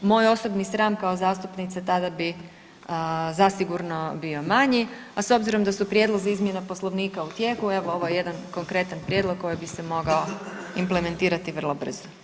Moj osobni sram kao zastupnice tada bi zasigurno bio manji, a s obzirom da su prijedlozi izmjena Poslovnika u tijeku, evo ovo je jedan konkretan prijedlog koji bi se mogao implementirati vrlo brzo.